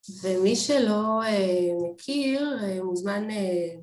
ומי שלא מכיר מוזמן